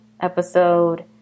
episode